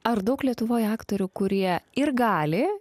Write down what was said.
ar daug lietuvoje aktorių kurie ir gali